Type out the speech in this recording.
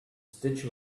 stitch